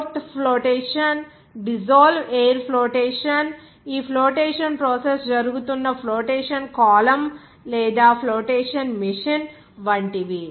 froth flotation dissolve air flotation ఈ flotation process జరుగుతున్న flotation column లేదా ఫ్లోటేషన్ మెషిన్ వంటివి